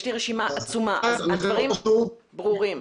הדברים ברורים.